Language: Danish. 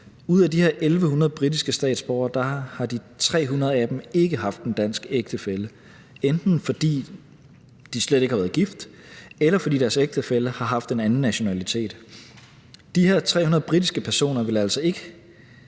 Ud af de her 1.100 britiske statsborgere har de 300 af dem ikke haft en dansk ægtefælle, enten fordi de slet ikke har været gift, eller fordi deres ægtefælle har haft en anden nationalitet, og de her 300 britiske personer ville altså ikke